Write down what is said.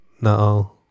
No